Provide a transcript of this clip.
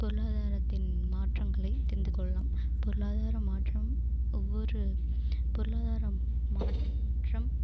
பொருளாதாரத்தின் மாற்றங்களைத் தெரிந்து கொள்ளலாம் பொருளாதாரம் மாற்றம் ஒவ்வொரு பொருளாதாரம் மாற்றம்